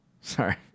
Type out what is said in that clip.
Sorry